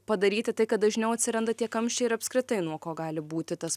padaryti tai kad dažniau atsiranda tie kamščiai ir apskritai nuo ko gali būti tas